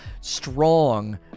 strong